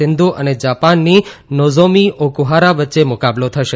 સીંધુ અને જાપાનની Nozomi Okuhara વચ્ચે મુકાબલો થશે